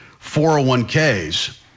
401ks